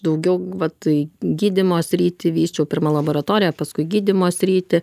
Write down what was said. daugiau va tai gydymo sritį vysčiau pirma laboratoriją paskui gydymo sritį